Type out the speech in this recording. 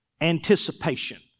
anticipation